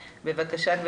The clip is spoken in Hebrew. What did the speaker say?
בבקשה.